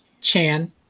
Chan